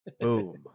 BOOM